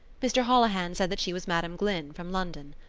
mr. holohan said that she was madam glynn from london.